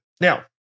Now